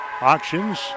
auctions